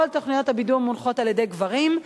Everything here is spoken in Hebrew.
כל תוכניות הבידור מונחות על-ידי גברים.